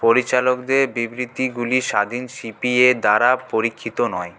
পরিচালকদের বিবৃতিগুলি স্বাধীন সি পি এ দ্বারা পরীক্ষিত নয়